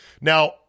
Now